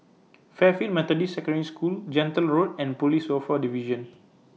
Fairfield Methodist Secondary School Gentle Road and Police Welfare Division